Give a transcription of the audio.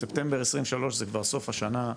ספטמבר 2023 זה כבר סוף השנה,